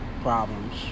problems